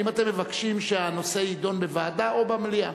האם אתם מבקשים שהנושא יידון בוועדה או במליאה?